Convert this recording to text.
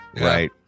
Right